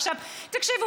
עכשיו תקשיבו,